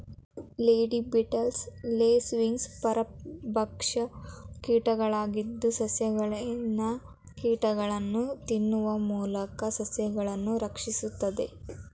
lady beetles, lace wings ಪರಭಕ್ಷ ಕೀಟಗಳಾಗಿದ್ದು, ಸಸ್ಯಗಳಲ್ಲಿನ ಕೀಟಗಳನ್ನು ತಿನ್ನುವ ಮೂಲಕ ಸಸ್ಯಗಳನ್ನು ರಕ್ಷಿಸುತ್ತದೆ